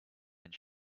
and